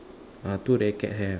ah two racket have